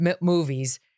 movies